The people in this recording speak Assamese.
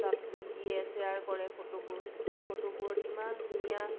তাত দিয়ে চেয়াৰ কৰে ফটোবোৰ ফটোবোৰত ইমান ধুনীয়া